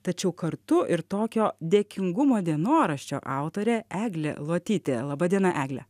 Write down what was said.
tačiau kartu ir tokio dėkingumo dienoraščio autorė eglė luotytė laba diena egle